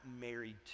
married